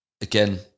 again